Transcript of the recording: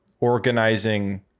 organizing